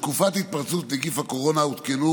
בתקופת התפרצות נגיף הקורונה הותקנו